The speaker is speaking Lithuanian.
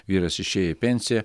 vyras išėjo į pensiją